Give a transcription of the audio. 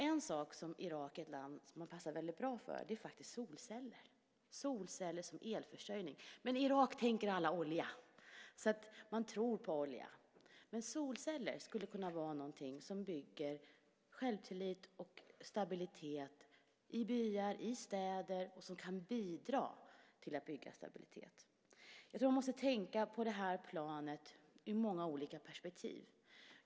En sak som Irak som land faktiskt passar väldigt bra för är solceller - solceller som elförsörjning. Men i Irak tänker alla olja. Man tror på olja. Men solceller skulle kunna vara någonting som kan bidra till att bygga självtillit och stabilitet i byar och städer. Jag tror att man måste tänka på det här planet ur många olika perspektiv.